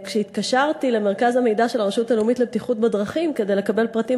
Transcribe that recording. וכשהתקשרתי למרכז המידע של הרשות הלאומית לבטיחות בדרכים כדי לקבל פרטים